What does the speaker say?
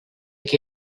que